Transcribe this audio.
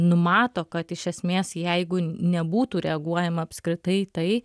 numato kad iš esmės jeigu nebūtų reaguojama apskritai į tai